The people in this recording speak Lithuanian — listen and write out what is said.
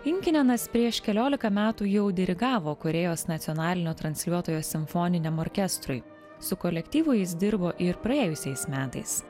inkinenas prieš keliolika metų jau dirigavo korėjos nacionalinio transliuotojo simfoniniam orkestrui su kolektyvu jis dirbo ir praėjusiais metais